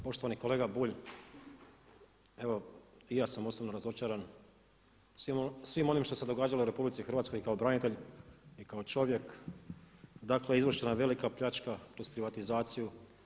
Poštovani kolega Bulj, evo i ja sam osobno razočaran svim onim što se događalo u Republici Hrvatskoj i kao branitelj i kao čovjek, dakle izvršena je velika pljačka kroz privatizaciju.